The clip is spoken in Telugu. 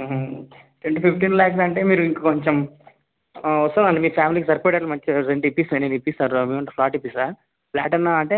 టెన్త్ టు ఫిఫ్టీన్ లాక్స్ అంటే మీరు ఇంకా కొంచెం వస్తదండి మీకు ఫ్యామిలీకి సరిపడేటట్టుగా మంచిగా రెంట్ ఇప్పిస్తా నేను ఇప్పిస్తా ఫ్లాట్ ఇప్పిస్తా ఫ్లాట్ అన్నా అంటే